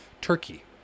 Turkey